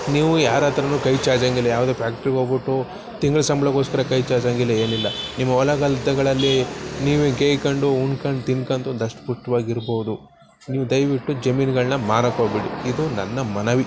ನೀವು ಯಾರ ಹತ್ರವೂ ಕೈ ಚಾಚಂಗಿಲ್ಲ ಯಾವುದೇ ಫ್ಯಾಕ್ಟರಿಗೆ ಹೋಗ್ಬಿಟ್ಟು ತಿಂಗ್ಳ ಸಂಬಳಕೋಸ್ಕರ ಕೈ ಚಾಚಂಗಿಲ್ಲ ಏನಿಲ್ಲ ನಿಮ್ಮ ಹೊಲ ಗದ್ದೆಗಳಲ್ಲಿ ನೀವೇ ಗೇಯ್ಕೊಂಡು ಉಂಡ್ಕೊಂಡ್ ತಿನ್ಕೊಂಡು ದಷ್ಟ ಪುಷ್ಟವಾಗಿ ಇರ್ಬೋದು ನೀವು ದಯವಿಟ್ಟು ಜಮೀನುಗಳನ್ನ ಮಾರೋಕೆ ಹೋಗ್ಬೇಡಿ ಇದು ನನ್ನ ಮನವಿ